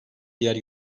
diğer